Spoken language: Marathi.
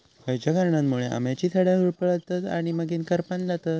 खयच्या कारणांमुळे आम्याची झाडा होरपळतत आणि मगेन करपान जातत?